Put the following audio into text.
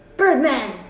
Birdman